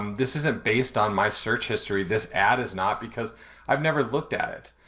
um this isn't based on my search history, this ad is not, because i've never looked at it.